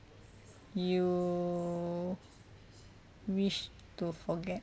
you wish to forget